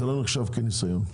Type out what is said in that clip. זה לא נחשב כניסיון.